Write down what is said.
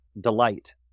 delight